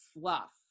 fluff